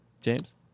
James